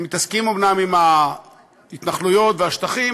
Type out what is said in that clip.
הם מתעסקים אומנם עם ההתנחלויות והשטחים,